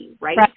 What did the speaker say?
right